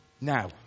Now